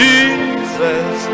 Jesus